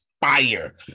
fire